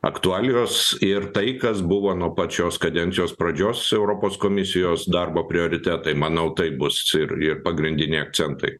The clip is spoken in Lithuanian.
aktualijos ir tai kas buvo nuo pat šios kadencijos pradžios europos komisijos darbo prioritetai manau tai bus ir ir pagrindiniai akcentai